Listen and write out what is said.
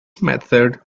method